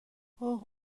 اوه